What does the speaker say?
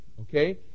Okay